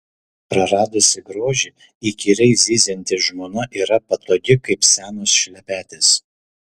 praradusi grožį įkyriai zyzianti žmona yra patogi kaip senos šlepetės